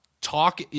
Talk